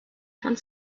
von